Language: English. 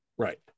right